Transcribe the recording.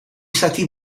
zati